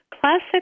Classic